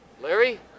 Larry